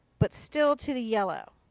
but still to the yellow.